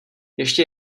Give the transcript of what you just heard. ještě